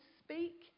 speak